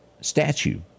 statue